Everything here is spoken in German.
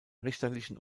richterlichen